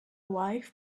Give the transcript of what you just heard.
wife